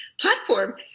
platform